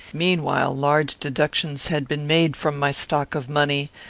meanwhile large deductions had been made from my stock of money,